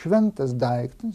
šventas daiktas